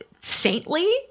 saintly